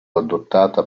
adottata